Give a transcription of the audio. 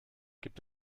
gibt